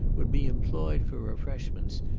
would be employed for refreshments,